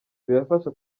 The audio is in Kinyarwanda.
birafasha